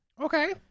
Okay